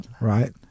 Right